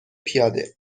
پیاده